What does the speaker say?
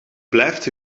blijft